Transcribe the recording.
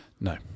No